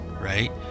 right